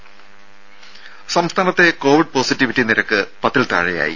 രംഭ സംസ്ഥാനത്തെ Covid positivity നിരക്ക് പത്തിൽ താഴെയായി